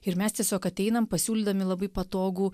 ir mes tiesiog ateinam pasiūlydami labai patogų